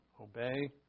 Obey